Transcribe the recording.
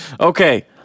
Okay